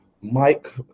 Mike